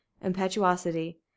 impetuosity